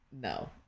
No